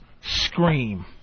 scream